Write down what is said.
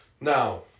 Now